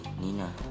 Nina